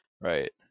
Right